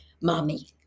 mommy